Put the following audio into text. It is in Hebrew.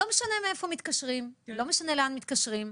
לא משנה מאיפה מתקשרים ולא משנה לאן מתקשרים,